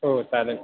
हो चालेल